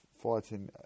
Fighting